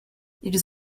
ils